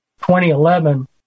2011